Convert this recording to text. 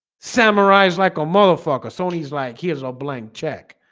samurais like a motherfucker so he's like here's a blank check